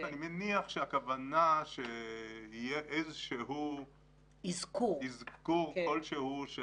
אבל אני מניח שהכוונה שיהיה אזכור כלשהו.